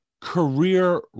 career